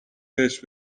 بهش